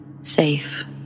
safe